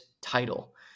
title